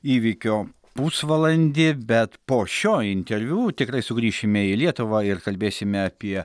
įvykių pusvalandį bet po šio interviu tikrai sugrįšime į lietuvą ir kalbėsime apie